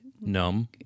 Numb